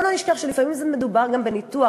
בואו לא נשכח שלפעמים מדובר בניתוח,